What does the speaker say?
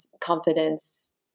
confidence